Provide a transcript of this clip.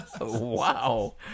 Wow